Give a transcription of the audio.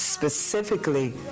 Specifically